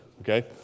okay